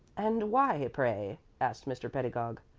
and why, pray? asked mr. pedagog.